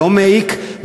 לא מעיק.